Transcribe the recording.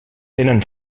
tenen